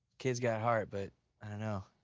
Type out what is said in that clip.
kid's got heart, but i don't know.